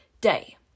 day